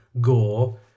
gore